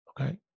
Okay